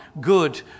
good